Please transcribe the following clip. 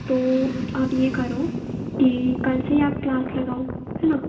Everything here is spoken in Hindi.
तो आप ये करो कि कल से ही आप क्लास लगाओ है न